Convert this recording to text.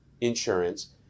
insurance